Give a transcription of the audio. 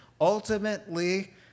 ultimately